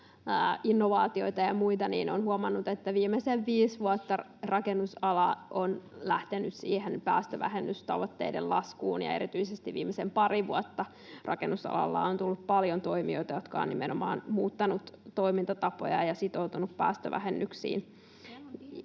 innovaatioita ja muita, niin on huomannut, että viimeiset viisi vuotta rakennusala on lähtenyt siihen päästövähennystavoitteiden laskuun ja erityisesti viimeiset pari vuotta rakennusalalle on tullut paljon toimijoita, jotka ovat nimenomaan muuttaneet toimintatapoja ja sitoutuneet päästövähennyksiin.